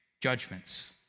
judgments